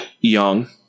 young